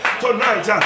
tonight